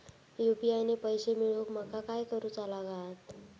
UPI ने पैशे मिळवूक माका काय करूचा लागात?